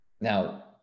now